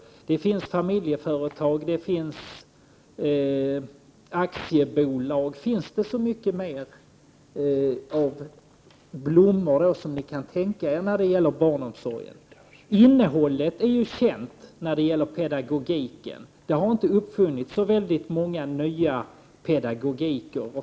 Det finns familjeföretag och aktiebolag. Finns det så mycket mer av blommor som ni kan tänka er när det gäller barnomsorgen? Innehållet är ju känt i fråga om pedagogiken. Det har inte uppfunnits så många nya typer av pedagogik.